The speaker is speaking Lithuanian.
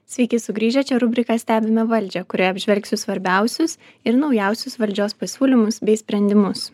sveiki sugrįžę čia rubrika stebime valdžią kurioj apžvelgsiu svarbiausius ir naujausius valdžios pasiūlymus bei sprendimus